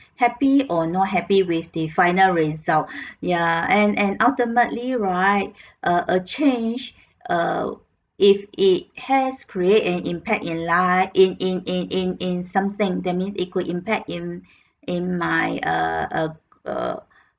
happy or not happy with the final result ya and and ultimately right a a a change err if it has create an impact in life in in in in in something that means it could impact in in my err err err